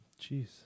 jeez